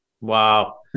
Wow